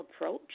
approach